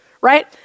right